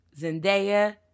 Zendaya